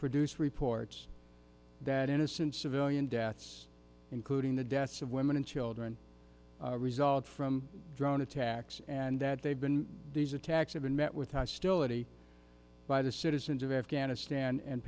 produced report that innocent civilian deaths including the deaths of women and children result from drone attacks and that they've been these attacks have been met with hostility by the citizens of afghanistan and